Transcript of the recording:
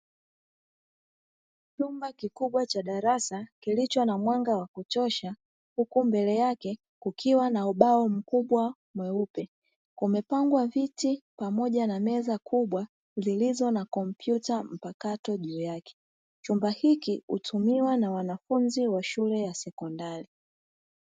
Chumba kikubwa cha darasa kilicho na mwanga wa kutosha huku mbele yake kukiwa na ubao mkubwa mweupe, kumepangwa viti pamoja na meza kubwa zilizo na kompyuta mpakato juu yake, chumba hiki hutumiwa na wanafunzi wa shule ya sekondari.